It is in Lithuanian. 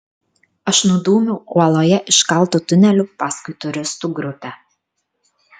aš nudūmiau uoloje iškaltu tuneliu paskui turistų grupę